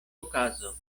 okazo